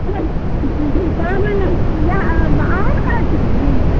इएह अहाँ ने करैत छियै दीदी